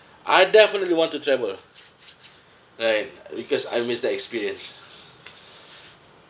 I definitely want to travel right because I miss the experience